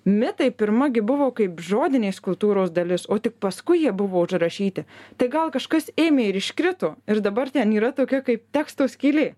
mitai pirma gi buvo kaip žodinės kultūros dalis o tik paskui jie buvo užrašyti tai gal kažkas ėmė ir iškrito ir dabar ten yra tokia kaip teksto skylė